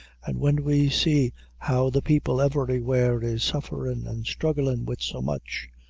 and when we see how the people everywhere is sufferin' and strugglin' wid so much